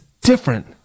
different